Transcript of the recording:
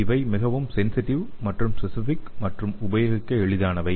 இவை மிகவும் சென்சிடிவ் மற்றும் ஸ்பெசிபிக் மற்றும் உபயோகிக்க எளிதானவை